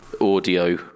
audio